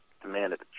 demanded